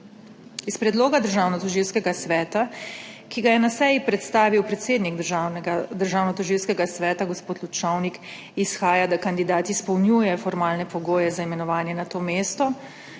Iz predloga Državnotožilskega sveta, ki ga je na seji predstavil predsednik Državnotožilskega sveta gospod Lučovnik, izhaja, da kandidat izpolnjuje formalne pogoje za imenovanje na to mesto